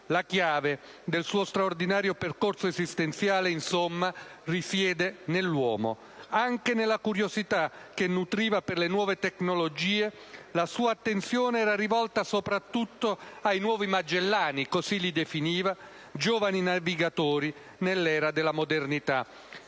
La chiave del suo straordinario percorso esistenziale, insomma, risiede nell'uomo. Anche nella curiosità che nutriva per le nuove tecnologie, la sua attenzione era rivolta soprattutto ai "nuovi Magellani" (così li definiva), giovani navigatori nell'era della modernità.